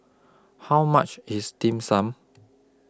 How much IS Dim Sum